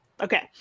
Okay